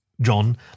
John